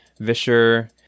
visher